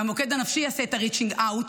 והמוקד הנפשי יעשה את ה-reaching out,